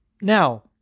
now